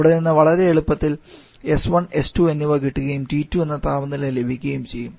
അവിടെനിന്ന് വളരെ എളുപ്പത്തിൽ s1 s2 എന്നിവ കിട്ടുകയും T2 എന്ന താപനില ലഭിക്കുകയും ചെയ്യും